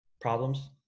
problems